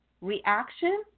reaction